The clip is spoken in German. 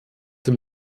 dem